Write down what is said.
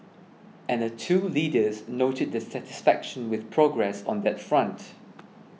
and the two leaders noted their satisfaction with progress on that front